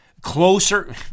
closer